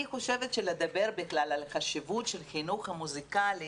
אני חושבת שלדבר על החשיבות של החינוך המוסיקלי